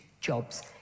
jobs